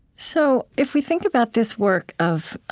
so, if we think about this work of